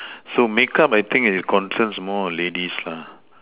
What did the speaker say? so make up I think it concerns more ladies